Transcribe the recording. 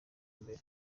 mbere